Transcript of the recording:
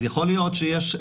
אז יכול להיות שיש,